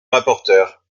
rapporteur